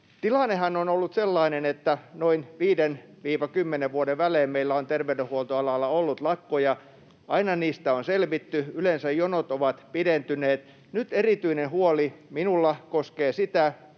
Tilannehan on ollut sellainen, että noin 5–10 vuoden välein meillä on terveydenhuoltoalalla ollut lakkoja — aina niistä on selvitty, yleensä jonot ovat pidentyneet. Nyt erityinen huoli minulla koskee sitä,